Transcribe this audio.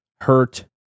hurt